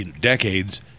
decades